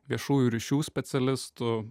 viešųjų ryšių specialistų